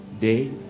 day